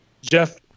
Jeff